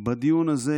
בדיון הזה,